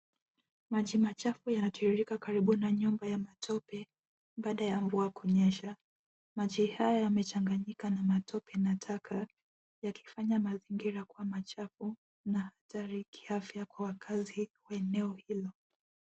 Maji machafu yanatiririka karibu na nyumba ya matope baada ya mvua kunyesha. Maji haya yamechanganyika na matope na taka yakifanya mazingira kuwa machafu na hatari kiafya kwa wakaazi wa eneo hilo.